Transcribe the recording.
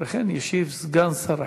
אחרי כן ישיב סגן שר החינוך.